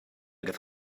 give